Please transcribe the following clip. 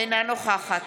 אינה נוכחת